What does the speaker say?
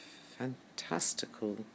fantastical